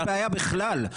אי-אפשר להתנהל בצורה כזאת.